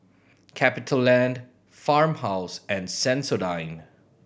CapitaLand Farmhouse and Sensodyne